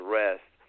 rest